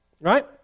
right